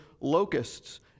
locusts